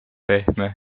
pehme